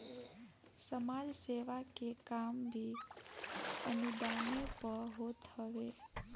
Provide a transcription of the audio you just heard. समाज सेवा के काम भी अनुदाने पअ होत हवे